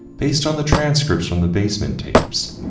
based on the transcripts from the basement tapes,